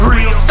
Real